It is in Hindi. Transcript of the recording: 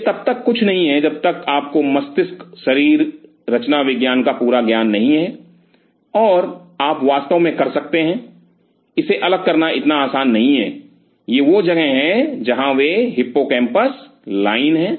यह तब तक कुछ नहीं है जब तक आपको मस्तिष्क शरीर रचना विज्ञान का पूरा ज्ञान नहीं हैं और आप वास्तव में कर सकते हैं इसे अलग करना इतना आसान नहीं है यह वह जगह है जहां वे हिप्पोकैम्पस लाइन है